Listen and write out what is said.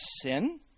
sin